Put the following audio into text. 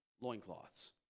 loincloths